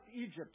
Egypt